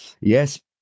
yes